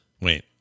Wait